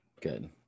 Good